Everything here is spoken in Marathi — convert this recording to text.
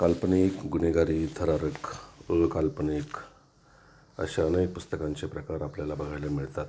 काल्पनिक गुन्हेगारी थरारक अकाल्पनिक अशा अनेक पुस्तकांचे प्रकार आपल्याला बघायला मिळतात